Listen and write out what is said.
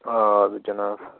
آ جناب